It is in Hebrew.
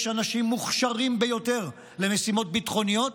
יש אנשים מוכשרים ביותר למשימות ביטחוניות